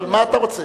אבל מה אתה רוצה?